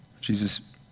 Jesus